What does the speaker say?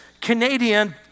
Canadian